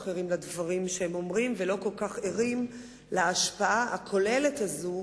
ערים לדברים שהם אומרים ולא כל כך ערים להשפעה הכוללת הזאת